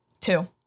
Two